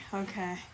okay